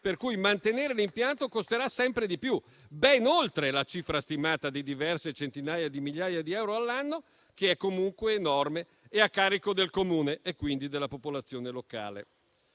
mantenere l'impianto costerà sempre di più, ben oltre la cifra stimata di diverse centinaia di migliaia di euro all'anno, che è comunque enorme e a carico del Comune, quindi della popolazione locale.